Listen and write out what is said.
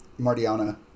Martiana